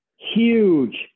Huge